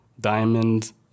diamonds